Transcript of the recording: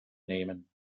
nehmen